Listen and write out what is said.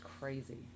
crazy